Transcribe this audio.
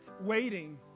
waiting